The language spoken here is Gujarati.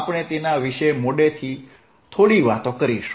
આપણે તેના વિશે મોડેથી થોડી વાતો કરીશું